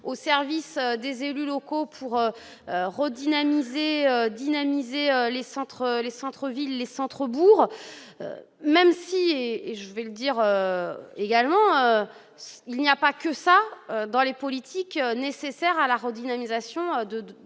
au service des élus locaux pour redynamiser dynamiser les centres, les centres villes, les centres bourgs, même si, et je vais le dire également, il n'y a pas que ça dans les politiques nécessaires à la redynamisation